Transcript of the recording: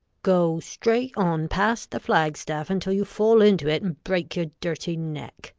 go straight on past the flagstaff until you fall into it and break your dirty neck.